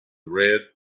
red